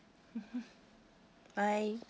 mmhmm bye